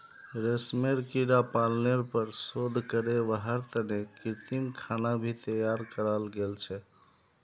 रेशमेर कीड़ा पालनेर पर शोध करे वहार तने कृत्रिम खाना भी तैयार कराल गेल छे